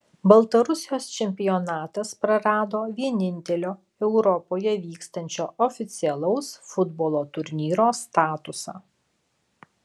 baltarusijos čempionatas prarado vienintelio europoje vykstančio oficialaus futbolo turnyro statusą